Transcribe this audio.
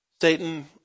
Satan